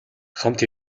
хамт